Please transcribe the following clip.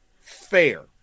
fair